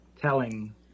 Telling